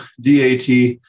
DAT